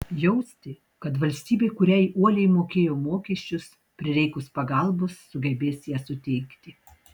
jausti kad valstybė kuriai uoliai mokėjo mokesčius prireikus pagalbos sugebės ją suteikti